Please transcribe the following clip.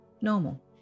normal